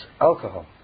alcohol